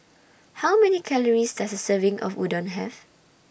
How Many Calories Does A Serving of Udon Have